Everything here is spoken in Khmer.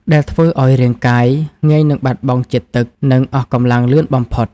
ដែលធ្វើឱ្យរាងកាយងាយនឹងបាត់បង់ជាតិទឹក និងអស់កម្លាំងលឿនបំផុត។